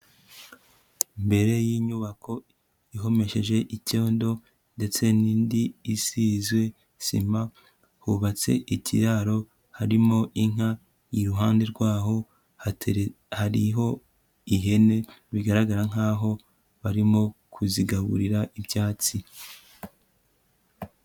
Imbere y'inyubako ihomesheje icyondo ndetse n'indi isize sima, hubatse ikiraro harimo inka, iruhande rwaho hariho ihene bigaragara nkaho barimo kuzigaburira ibyatsi.